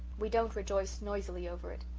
we don't rejoice noisily over it.